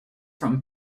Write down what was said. from